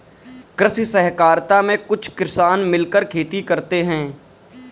कृषि सहकारिता में कुछ किसान मिलकर खेती करते हैं